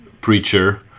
preacher